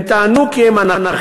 הם טענו כי הם אנרכיסטים,